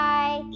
Bye